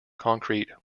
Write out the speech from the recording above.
concrete